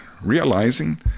realizing